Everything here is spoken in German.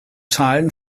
zahlen